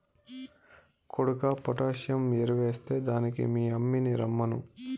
కొడుకా పొటాసియం ఎరువెస్తే దానికి మీ యమ్మిని రమ్మను